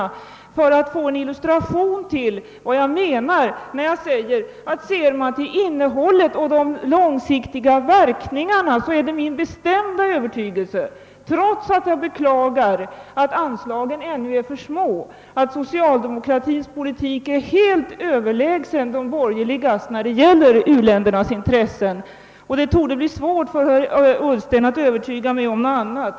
Jag gör det för att få en illustration till vad jag menar, när jag säger att om man ser på innehållet och de långsiktiga verkningarna så är det min bestämda övertygelse att socialdemokraternas politik är helt överlägsen de borgeligas när det gäller u-ländernas intressen, även om anslagen beklagligtvis ännu är för små. Det torde bli svårt för herr Ullsten att övertyga mig om något annat.